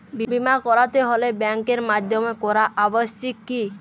বিমা করাতে হলে ব্যাঙ্কের মাধ্যমে করা আবশ্যিক কি?